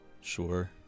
Sure